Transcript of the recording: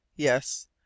Yes